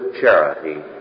charity